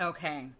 Okay